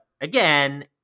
again